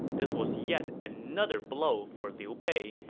this was yet another blow for liu bei,